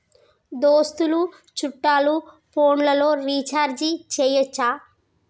దోస్తులు చుట్టాలు ఫోన్లలో రీఛార్జి చేయచ్చా?